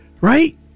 Right